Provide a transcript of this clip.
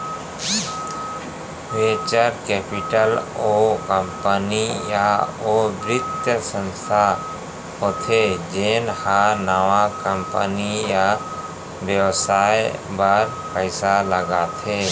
venture capital ओ company या ओ बित्तीय संस्था होथे जेन ह नवा कंपनी या बेवसाय बर पइसा लगाथे